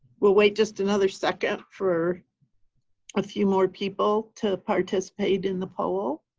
we'll wait just another second for a few more people to participate in the poll.